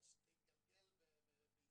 כשזה בדין הישראלי, כשזה עסק זעיר, זה 5 מיליון.